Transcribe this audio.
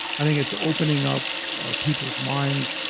i think it's opening up people's minds.